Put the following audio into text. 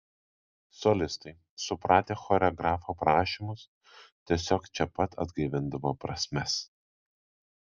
solistai supratę choreografo prašymus tiesiog čia pat atgaivindavo prasmes